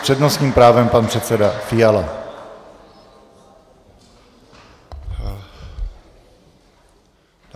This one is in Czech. S přednostním právem pan předseda Fiala.